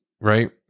Right